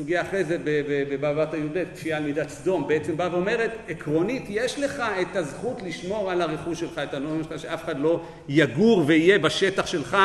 סוגייה אחרי זה, ב... ב... בבא בתרא י"ב, כפייה על מידת סדום, בעצם באה ואומרת עקרונית יש לך את הזכות לשמור על הרכוש שלך, את הנורמות שלך, שאף אחד לא יגור ויהיה בשטח שלך